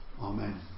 Amen